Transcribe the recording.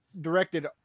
directed